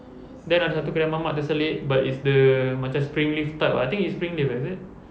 dia ada satu kedai mamak terselit but it's the macam spring leaf type ah I think it's spring leaf eh is it